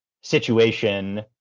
situation